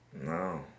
No